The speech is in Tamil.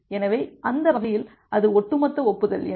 எனவே அந்த வகையில் அது ஒட்டுமொத்த ஒப்புதல் எண்